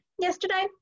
yesterday